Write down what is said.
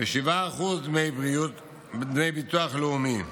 ו-7% דמי ביטוח לאומי,